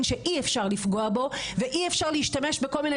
באופן שאי אפשר לפגוע בו ואי אפשר להשתמש בכל מיני